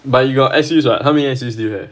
but you got S_U what how many S_U do you have